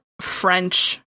French